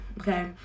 okay